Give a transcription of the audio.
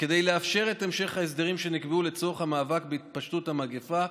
וכדי לאפשר את המשך ההסדרים שנקבעו לצורך המאבק בהתפשטות המגפה,